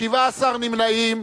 17 נמנעים.